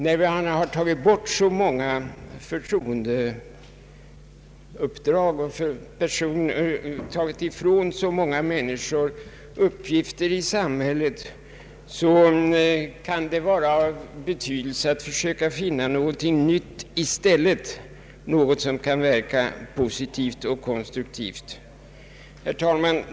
När man tagit ifrån så många människor uppgifter i samhället, kan det vara av betydelse att söka finna någonting nytt i stället — något som kan verka positivt och konstruktivt. Herr talman!